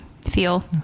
feel